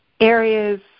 areas